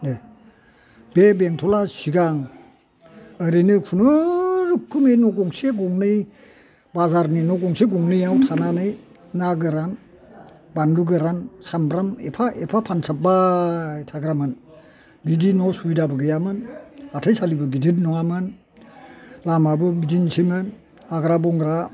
बे बेंथला सिगां ओरैनो खुनुरुखुम न' गंसे गंनै बाजारनि गंसे गंनैयाव थानानै ना गोरान बानलु गोरान सामब्राम एफा एफा फानसाबबाय थाग्रामोन बिदि न' सुबिदाबो गैयामोन हाथाइसालिबो गिदिर नङामोन लामाबो बिदिनसैमोन हाग्रा बंग्रा